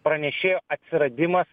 pranešėjo atsiradimas